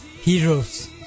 Heroes